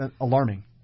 alarming